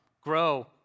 grow